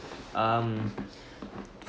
um